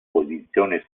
posizione